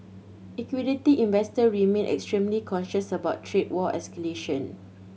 equity investor remain extremely cautious about trade war escalation